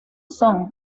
son